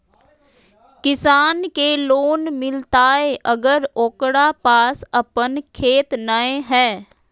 किसान के लोन मिलताय अगर ओकरा पास अपन खेत नय है?